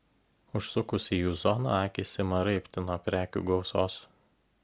užsukus į jų zoną akys ima raibti nuo prekių gausos